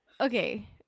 Okay